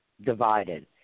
divided